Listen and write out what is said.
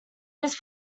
his